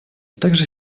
также